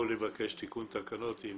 לבוא ולבקש תיקון תקנות אם